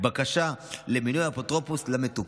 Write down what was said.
בקשה למינוי אפוטרופוס למטופל,